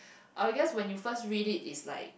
I guess when you first read it it's like